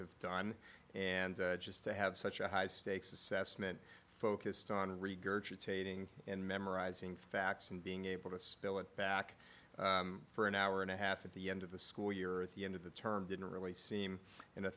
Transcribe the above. done and just to have such a high stakes assessment focused on regurgitating and memorizing facts and being able to spill it back for an hour and a half at the end of the school year at the end of the term didn't really seem an a